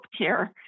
healthcare